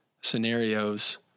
scenarios